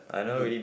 in the